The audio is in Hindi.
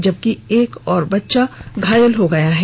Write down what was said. जबकि एक और बच्चा घायल हो गया है